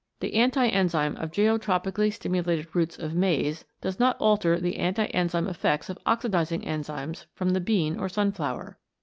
the anti-enzyme of geotropically stimulated roots of maize does not alter the anti-enzyme effects, of oxidising enzymes from the bean or sunflower.